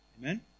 Amen